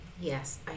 Yes